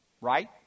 Right